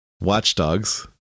Watchdogs